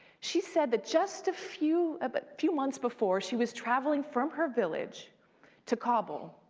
she said that just a few but few months before, she was traveling from her village to kabul,